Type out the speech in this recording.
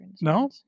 No